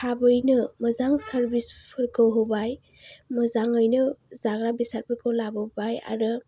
थाबैनो मोजां सारभिसफोरखौ होबाय मोजाङैनो जाग्रा बेसादफोरखौ लाबोबाय आरो